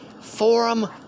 forum